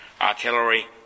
artillery